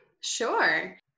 Sure